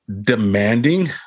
demanding